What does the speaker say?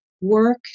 work